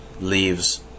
leaves